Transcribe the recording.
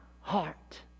heart